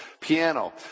piano